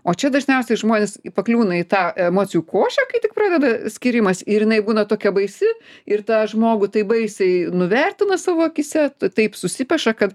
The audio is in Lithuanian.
o čia dažniausiai žmonės pakliūna į tą emocijų košę kai tik praveda skyrimas ir jinai būna tokia baisi ir tą žmogų taip baisiai nuvertina savo akyse taip susipeša kad